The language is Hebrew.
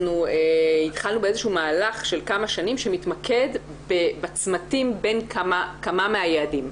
התחלנו באיזה שהוא מהלך של כמה שנים שמתמקד בצמתים בין כמה מהיעדים.